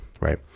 right